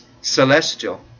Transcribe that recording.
celestial